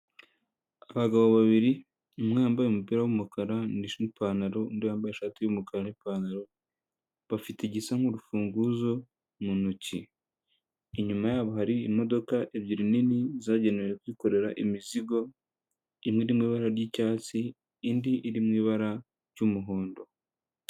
Abagabo babiri umwe yambaye umupira w'umukara n'ipantaro, undi yambaye ishati y'umukara n'ipantaro, bafite igisa nk'urufunguzo mu ntoki, inyuma yabo hari imodoka ebyiri nini zagenewe kwikorera imizigo, imwe iri mu ibara ry'icyatsi, indi iri mu ibara ry'umuhondo.